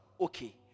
okay